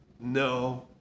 no